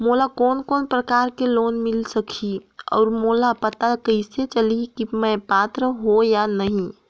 मोला कोन कोन प्रकार के लोन मिल सकही और मोला पता कइसे चलही की मैं पात्र हों या नहीं?